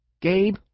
Gabe